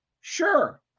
Sure